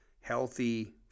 healthy